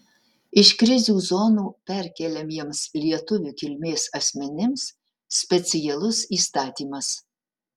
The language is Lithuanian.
iš krizių zonų perkeliamiems lietuvių kilmės asmenims specialus įstatymas